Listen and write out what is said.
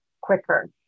quicker